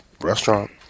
restaurant